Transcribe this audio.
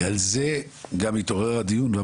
ועל זה גם התעורר הדיון,